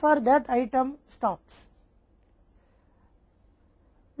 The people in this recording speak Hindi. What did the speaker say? फिर उस वस्तु का उत्पादन रुक जाता है